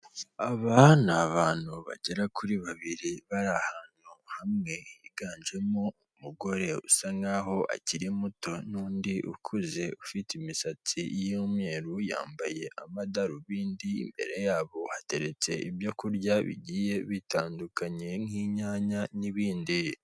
Aba ni abantu bagera kuri babiri bari ahantu hamwe higanjemo umugore usa nkaho akiri muto n'undi ukuze ufite imisatsiy'umweru, yambaye amadarubindi imbere yabo hateretse ibyo kurya bigiye bitandukanye nk'inyanya n'ibindi.